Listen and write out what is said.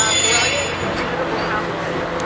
ah borrelia is a formidable pathogen.